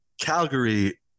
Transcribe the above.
Calgary